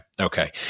okay